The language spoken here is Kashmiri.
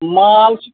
لال چھِ